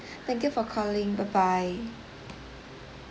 thank you for calling bye bye